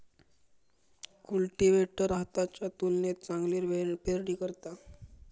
cultivator हाताच्या तुलनेत चांगली पेरणी करता